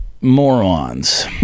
morons